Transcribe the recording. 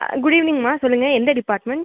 good ஈவினிங்கம்மா சொல்லுங்கள் எந்த டிப்பார்ட்மெண்ட்